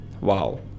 Wow